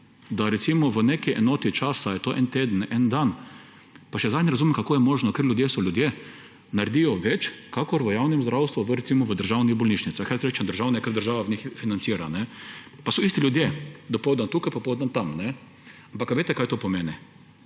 da recimo v neki enoti časa, ali je to en teden, en dan, pa še sedaj ne razumem, kako je možno, ker ljudje so ljudje, naredijo več kakor v javnem zdravstvu, v recimo državnih bolnišnicah, lahko rečem državne, ker država v njih financira. Pa so isti ljudje, dopoldne tukaj, popoldne tam. Ampak ali veste, kaj to pomeni?